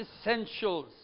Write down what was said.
essentials